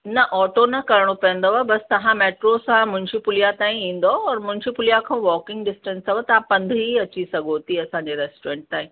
न ऑटो न करिणो पवंदव बसि तव्हां मैट्रो सां मुंशी पुलिया ताईं ईंदो और मुंशी पुलिया खां वॉकिंग डिस्टंस अथव तव्हां पंध ई अची सघो थी असांजे रेस्टोरंट ताईं पर